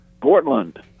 Portland